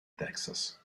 texas